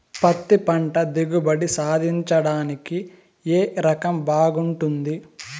పత్తి పంట దిగుబడి సాధించడానికి ఏ రకం బాగుంటుంది?